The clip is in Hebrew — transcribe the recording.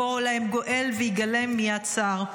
ויבוא להם גואל ויגאלם מיד צר.